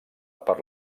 per